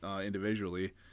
individually